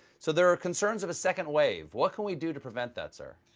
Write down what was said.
so there are concerns of a second wave. what can we do to prevent that, sir?